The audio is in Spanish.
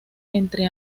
entre